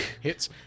Hits